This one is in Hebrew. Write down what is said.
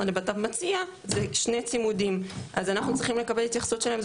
לבט"פ מציע זה שני צימודים אז אנחנו צריכים לקבל התייחסות שלהם,